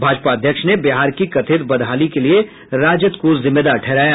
भाजपा अध्यक्ष ने बिहार की कथित बदहाली के लिये राजद को जिम्मेदार ठहराया